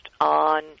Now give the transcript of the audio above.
on